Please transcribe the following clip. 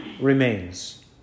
remains